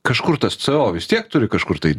kažkur tas co vis tiek turi kažkur tai